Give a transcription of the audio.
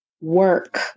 work